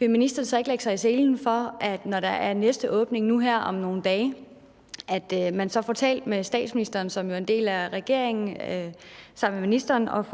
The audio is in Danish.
ministeren så ikke lægge sig i selen, når næste åbning kommer om nogle dage, og få talt med statsministeren, som jo er en del af regeringen sammen med ministeren, og